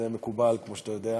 זה מקובל, כמו שאתה יודע.